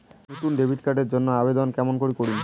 নতুন debit card এর জন্যে আবেদন কেমন করি করিম?